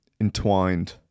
entwined